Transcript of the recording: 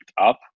up